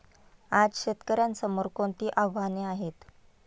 आज शेतकऱ्यांसमोर कोणती आव्हाने आहेत?